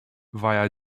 via